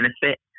benefit